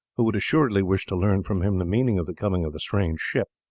who would assuredly wish to learn from him the meaning of the coming of the strange ship.